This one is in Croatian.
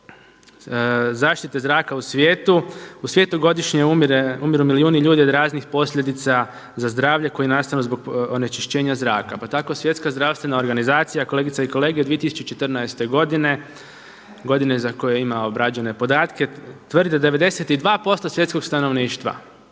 zaštite zraka u svijetu, u svijetu godišnje umiru milijuni ljudi od raznih posljedica za zdravlje koji nastanu zbog onečišćenja zraka. Pa tako Svjetska zdravstvena organizacija kolegice i kolege 2014. godine, godine za koju ima obrađene podatke tvrde 92% svjetskog stanovništva,